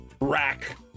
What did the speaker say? rack